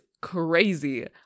crazy